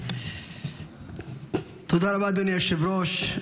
תודה רבה, אדוני היושב-ראש.